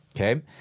Okay